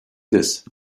this